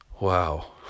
Wow